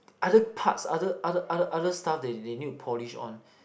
other parts other other other other stuff they they need to polish on